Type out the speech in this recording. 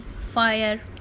fire